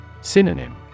Synonym